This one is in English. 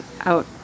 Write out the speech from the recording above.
out